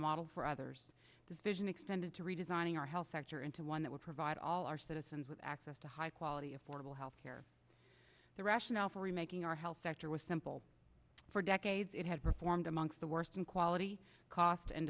model for others this vision extended to redesigning our health sector into one that would provide all our citizens with access to high quality affordable health care the rationale for remaking our health sector was simple for decades it had performed amongst the worst in quality cost and